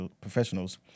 professionals